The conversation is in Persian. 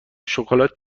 شکلات